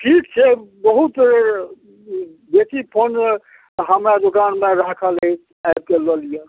ठीक छै बहुत बेसी फोन हमरा दोकानमे राखल अछि आबिके लऽ लिअऽ